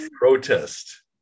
Protest